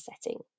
setting